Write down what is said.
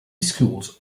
schools